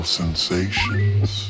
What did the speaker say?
sensations